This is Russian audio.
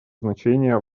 значение